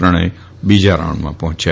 પ્રણય બીજા રાઉન્ડમાં પહોંચ્યા